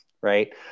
right